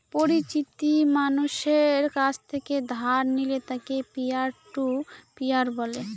পরিচিত মানষের কাছ থেকে ধার নিলে তাকে পিয়ার টু পিয়ার বলে